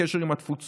לקשר עם התפוצות,